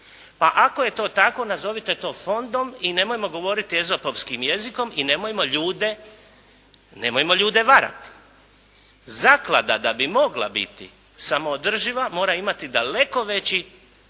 Pa ako je to tako nazovite to fondom i nemojmo govoriti ezopovskim jezikom i nemojmo ljude varati. Zaklada da bi mogla biti samoodrživa mora imati daleko veći